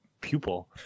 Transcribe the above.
pupil